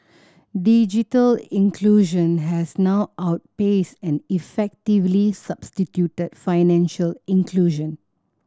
digital inclusion has now outpaced and effectively substituted financial inclusion